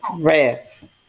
Rest